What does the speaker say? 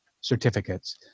certificates